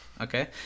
Okay